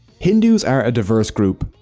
hindus are a diverse group.